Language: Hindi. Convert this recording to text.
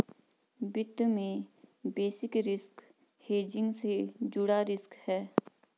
वित्त में बेसिस रिस्क हेजिंग से जुड़ा रिस्क है